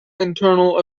internal